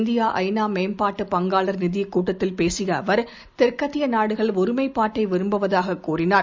India ஐ நா மேம்பாட்டு பங்காளர் நிதியக் கூட்டத்தில் பேசிய அவர் தெற்கத்திய நாடுகள் ஒருமைப்பாட்டை விரும்புவதாக கூறினார்